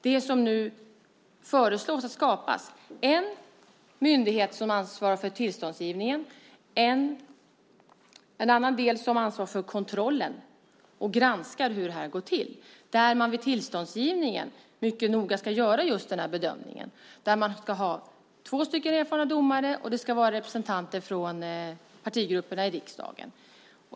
Det som nu föreslås är att man ska skapa en myndighet som ansvarar för tillståndsgivningen och en annan del som ansvarar för kontrollen och granskar hur detta går till. Vid tillståndsgivningen ska man mycket noga göra just denna bedömning. Man ska ha två erfarna domare, och det ska vara representanter från partigrupperna i riksdagen.